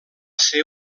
ser